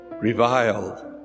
reviled